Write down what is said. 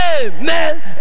amen